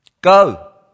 Go